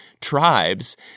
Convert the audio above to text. tribes